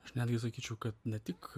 aš netgi sakyčiau kad ne tik